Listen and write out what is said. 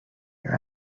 your